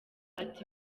ati